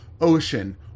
ocean